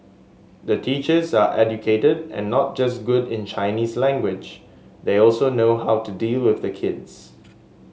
the teachers are educated and not just good in Chinese language they also know how to deal with the kids